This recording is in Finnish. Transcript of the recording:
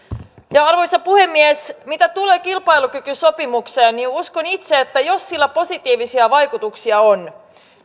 arvoisa puhemies mitä tulee kilpailukykysopimukseen niin uskon itse että jos sillä positiivisia vaikutuksia on